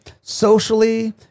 socially